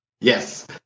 Yes